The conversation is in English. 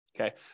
Okay